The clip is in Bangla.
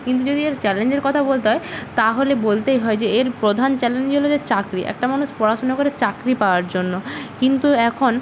কিন্তু যদি এর চ্যালেঞ্জের কথা বলতে হয় তাহলে বলতেই হয় যে এর প্রধান চ্যালেঞ্জই হল যে চাকরি একটা মানুষ পড়াশোনা করে চাকরি পাওয়ার জন্য কিন্তু এখন